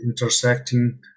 intersecting